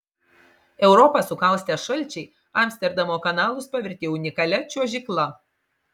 europą sukaustę šalčiai amsterdamo kanalus pavertė unikalia čiuožykla